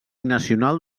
nacional